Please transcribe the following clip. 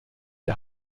der